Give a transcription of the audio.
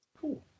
Cool